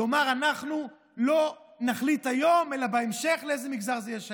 לומר: אנחנו לא נחליט היום אלא בהמשך לאיזה מגזר זה יהיה שייך.